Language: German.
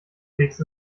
fegst